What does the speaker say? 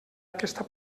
aquesta